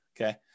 okay